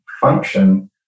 function